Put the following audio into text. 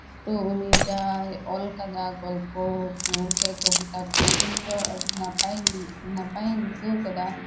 ᱛᱚ ᱩᱱᱤ ᱡᱟᱦᱟᱸᱭ ᱚᱞ ᱠᱟᱫᱟ ᱜᱚᱞᱯᱚ ᱥᱮ ᱠᱚᱵᱤᱛᱟ ᱠᱚ ᱫᱚ ᱟᱹᱰᱤ ᱱᱟᱯᱟᱭᱤᱧ ᱱᱟᱯᱟᱭᱤᱧ ᱟᱹᱭᱠᱟᱹᱣ ᱠᱟᱫᱟ